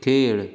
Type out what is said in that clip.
खेळ